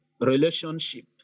relationship